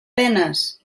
penes